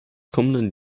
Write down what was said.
kommenden